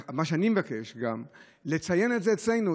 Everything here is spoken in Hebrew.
מה שאני מבקש זה לציין את זה אצלנו.